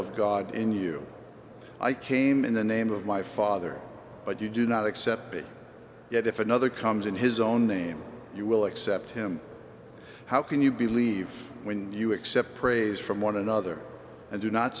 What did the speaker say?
of god in you i came in the name of my father but you do not accept it yet if another comes in his own name you will accept him how can you believe when you accept praise from one another and do not